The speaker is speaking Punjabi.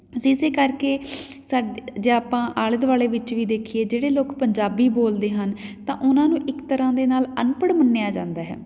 ਇਸੇ ਕਰਕੇ ਸਾ ਜੇ ਆਪਾਂ ਆਲੇ ਦੁਆਲੇ ਵਿੱਚ ਵੀ ਦੇਖੀਏ ਜਿਹੜੇ ਲੋਕ ਪੰਜਾਬੀ ਬੋਲਦੇ ਹਨ ਤਾਂ ਉਹਨਾਂ ਨੂੰ ਇੱਕ ਤਰ੍ਹਾਂ ਦੇ ਨਾਲ਼ ਅਨਪੜ੍ਹ ਮੰਨਿਆਂ ਜਾਂਦਾ ਹੈ